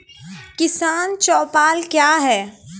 किसान चौपाल क्या हैं?